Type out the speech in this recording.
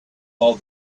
all